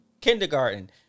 kindergarten